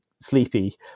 sleepy